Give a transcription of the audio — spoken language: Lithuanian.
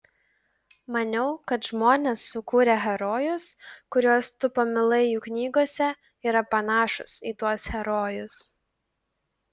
maniau kad žmonės sukūrę herojus kuriuos tu pamilai jų knygose yra panašūs į tuos herojus